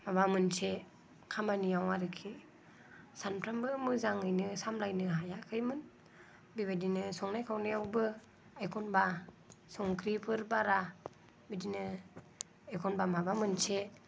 माबा मोनसे खामानिआव आरोखि सानफ्रोमबो मोजाङैनो सामलायनो हायाखैमोन बेबायदिनो संनाय खावनायावबो एखनबा संख्रिफोर बारा बिदिनो एखनबा माबा मोनसे